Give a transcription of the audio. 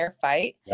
fight